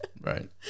Right